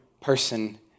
person